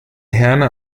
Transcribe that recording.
herne